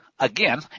Again